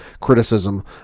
criticism